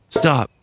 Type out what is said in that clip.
stop